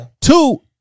Two